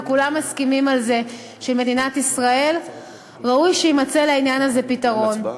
וכולם מסכימים שראוי שבמדינת ישראל יימצא לעניין הזה פתרון.